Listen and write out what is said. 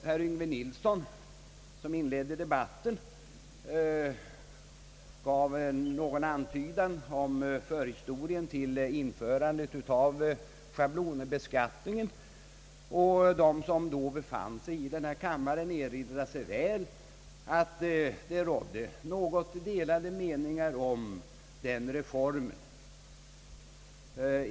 Herr Yngve Nilsson, som inledde debatten, gav en antydan om förhistorien till införandet av schablonbeskattningen, och de som då befann sig i denna kammare erinrar sig säkert att det rådde något delade meningar om den reformen.